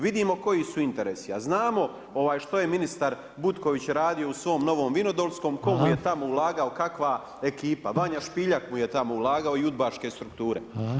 Vidimo koji su interesi, a znamo što je ministar Butković radio u svom Novom Vinodolskom, tko mu je tamo ulagao, kakva ekipa, Vanja Špiljak mu je tamo ulagao i UDBA-ške strukture.